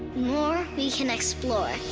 more we can explore.